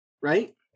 right